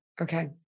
Okay